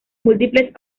múltiples